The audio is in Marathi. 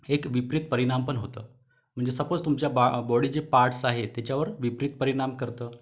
एक विपरीत परिणाम पण होतं म्हणजे सपोज तुमच्या बा बॉडीचे जे पार्ट्स आहेत त्याच्यावर विपरीत परिणाम करतं